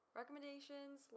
recommendations